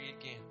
again